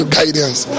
guidance